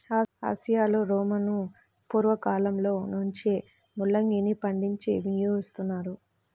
ఆసియాలో రోమను పూర్వ కాలంలో నుంచే ముల్లంగిని పండించి వినియోగిస్తున్నారు